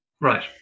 Right